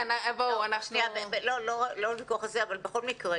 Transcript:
בכל מקרה,